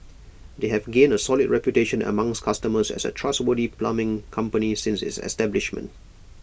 they have gained A solid reputation amongst customers as A trustworthy plumbing company since its establishment